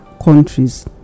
countries